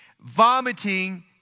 vomiting